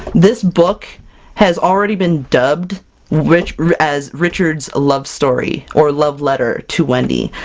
this book has already been dubbed rich as richard's love story or love letter to wendy!